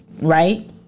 Right